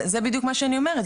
זה בדיוק מה שאני אומרת,